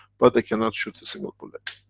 but they cannot shoot a single bullet.